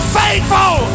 faithful